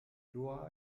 doha